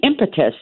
impetus